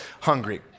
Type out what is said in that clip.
hungry